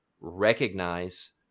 recognize